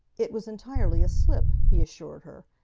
it was entirely a slip, he assured her.